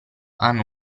hanno